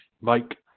Mike